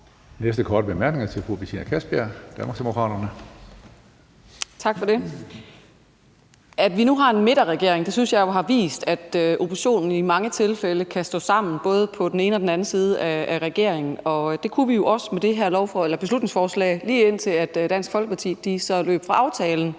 næste korte bemærkning er til fru Betina Kastbjerg, Danmarksdemokraterne. Kl. 14:28 Betina Kastbjerg (DD): Tak for det. At vi nu har en midterregering, synes jeg jo har vist, at oppositionen i mange tilfælde kan stå sammen, både på den ene og den anden side af regeringen, og det kunne vi jo også med det her beslutningsforslag, lige indtil Dansk Folkeparti så løb fra aftalen.